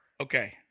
Okay